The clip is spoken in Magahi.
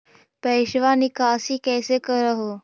पैसवा निकासी कैसे कर हो?